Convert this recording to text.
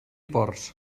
ports